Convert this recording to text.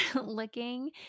looking